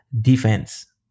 defense